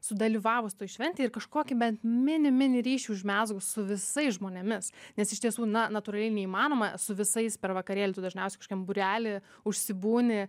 sudalyvavus toj šventėj ir kažkokį bent mini mini ryšį užmezgus su visais žmonėmis nes iš tiesų na natūraliai neįmanoma su visais per vakarėlius tu dažniausiai kokiam būrely užsibūni